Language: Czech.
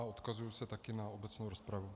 Odkazuji se také na obecnou rozpravu.